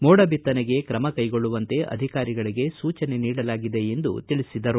ಮೋಡ ಬಿತ್ತನೆಗೆ ್ರಮ ಕೈಗೊಳ್ಳುವಂತೆ ಅಧಿಕಾರಿಗಳಗೆ ಸೂಚನೆ ನೀಡಲಾಗಿದೆ ಎಂದು ತಿಳಿಸಿದರು